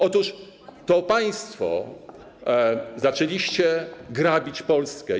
Otóż to państwo zaczęliście grabić Polskę.